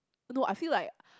no I feel like